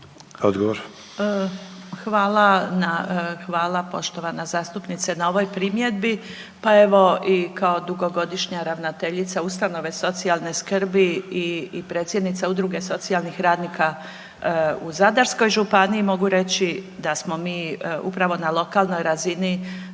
na, hvala poštovana zastupnice na ovoj primjedbi. Pa evo, i kao dugogodišnja ravnateljica ustanove socijalne skrbi i predsjednica Udruge socijalnih radnika u Zadarskoj županiji mogu reći da smo mi upravo na lokalnoj razini